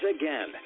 again